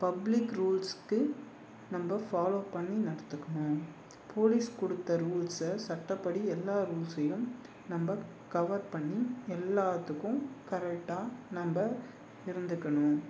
public ரூல்ஸுக்கு நம்ப follow பண்ணி நடத்துக்கணும் போலீஸ் கொடுத்த ரூல்ஸை சட்டப்படி எல்லா ரூல்ஸையும் நம்ப கவர் பண்ணி எல்லாத்துக்கும் கரெக்டாக நம்ப இருந்துக்கணும்